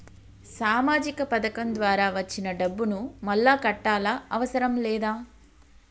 సామాజిక పథకం ద్వారా వచ్చిన డబ్బును మళ్ళా కట్టాలా అవసరం లేదా?